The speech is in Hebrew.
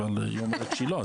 אבל היא אומרת שהיא לא,